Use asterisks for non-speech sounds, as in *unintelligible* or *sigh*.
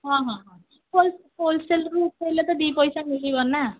ହଁ ହଁ ହଁ ହୋଲ୍ସେଲ୍ ମୁଁ *unintelligible* ତ ଦି ପଇସା ମିଳିବ ନା